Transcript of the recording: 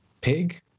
pig